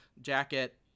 jacket